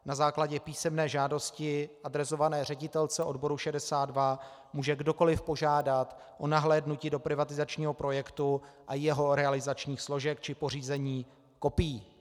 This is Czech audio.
Na základě písemné žádosti adresované ředitelce odboru 62 může kdokoliv požádat o nahlédnutí do privatizačního projektu a jeho realizačních složek či pořízení kopií.